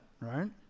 right